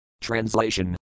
Translation